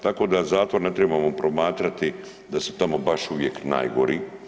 Tako da zatvor ne trebamo promatrati da su tamo baš uvijek najgori.